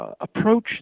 Approach